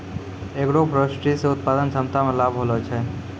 agroforestry से उत्पादन क्षमता मे लाभ होलो छै